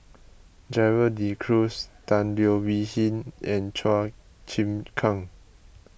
Gerald De Cruz Tan Leo Wee Hin and Chua Chim Kang